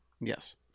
Yes